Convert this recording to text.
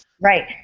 Right